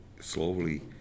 slowly